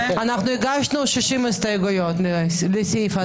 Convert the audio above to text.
הגשנו 60 הסתייגויות לסעיף הזה,